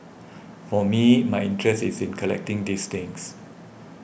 for me my interest is in collecting these things